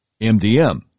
MDM